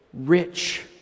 rich